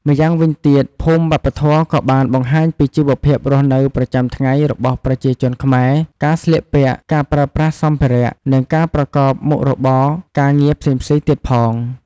ម្យ៉ាងវិញទៀតភូមិវប្បធម៌ក៏បានបង្ហាញពីជីវភាពរស់ប្រចាំថ្ងៃរបស់ប្រជាជនខ្មែរ ការស្លៀកពាក់ ការប្រើប្រាស់សម្ភារៈ និងការប្រកបមុខរបរការងារផ្សេងៗទៀតផង។